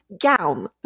gown